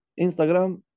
Instagram